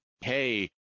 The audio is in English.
hey